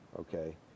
Okay